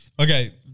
Okay